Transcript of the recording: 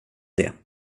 det